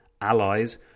allies